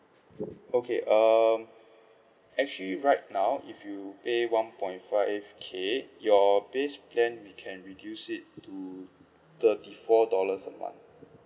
okay um actually right now if you pay one point five K your base plan we can reduce it to thirty four dollars a month